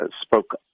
spoke